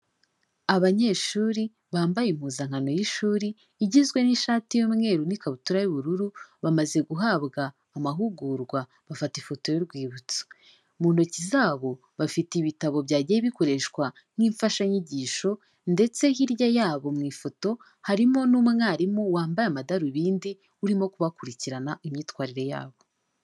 Abanyeshuri bambaye impuzankano y'ishuri igizwe n'ishati y'umweru n'ikabutura y'ubururu, bamaze guhabwa amahugurwa bafata ifoto y'urwibutso. Mu ntoki zabo bafite ibitabo byagiye bikoreshwa nk'imfashanyigisho, ndetse hirya yabo mu ifoto harimo n'umwarimu wambaye amadarubindi, urimo kubakurikirana imyitwarire yabo.